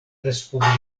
respubliko